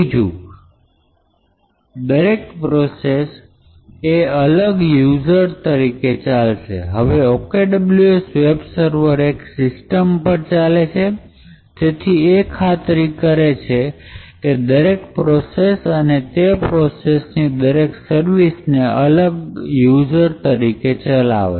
ત્રીજુ દરેક પ્રોસેસ એ અલગ યુઝર તરીકે ચાલશે હવે OKWS વેબ સર્વર એક સિસ્ટમ પર ચાલે છે તેથી એ ખાતરી કરે છે કે દરેક પ્રોસેસ અને તે પ્રોસેસની દરેક સર્વિસ એ અલગ યુઝર તરીકે ચાલે